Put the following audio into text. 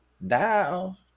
now